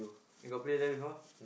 you got play there before